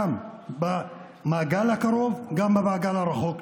גם במעגל הקרוב, גם במעגל הרחוק.